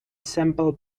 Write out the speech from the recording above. simple